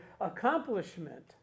accomplishment